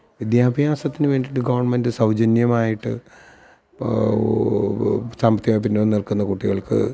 വിദ്യാഭ്യാസത്തിന് വേണ്ടിയിട്ട് ഗവണ്മെന്റ് സൗജന്യമായിട്ട് ഇപ്പോൾ സാമ്പത്തികമായി പിന്നോക്കം നില്ക്കുന്ന കുട്ടികള്ക്ക്